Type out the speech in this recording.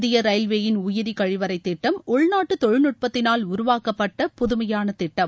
இந்திய ரயில்வேயின் உயிரி கழிவறை திட்டம் உள்நாட்டு தொழில்நுட்பத்தினால் உருவாக்கப்பட்ட புதுமையான திட்டம்